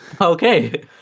Okay